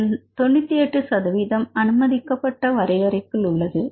இதில் 98 சதவிகிதம் அனுமதிக்கப்பட்ட வரையறைக்குள் உள்ளது